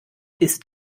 ist